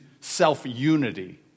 self-unity